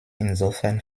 insofern